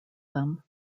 them